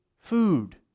food